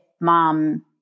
mom